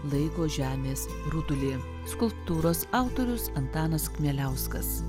laiko žemės rutulį skulptūros autorius antanas kmieliauskas